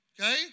Okay